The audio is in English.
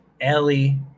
Ellie